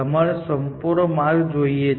તમારે સંપૂર્ણ માર્ગ જોઈએ છે